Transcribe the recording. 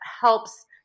helps